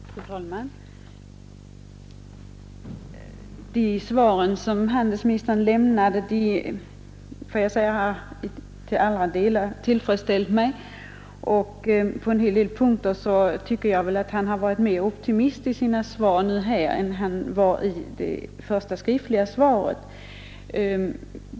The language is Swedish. Fru talman! De svar som handelsministern lämnade har till alla delar tillfredsställt mig, och på en hel del punkter var han nu mera optimistisk i sina besked än han var i sitt första anförande.